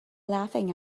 laughing